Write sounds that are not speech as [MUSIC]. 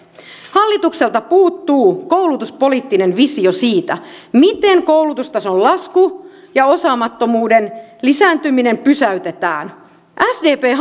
hallitukselta puuttuu koulutuspoliittinen visio siitä miten koulutustason lasku ja osaamattomuuden lisääntyminen pysäytetään sdp [UNINTELLIGIBLE]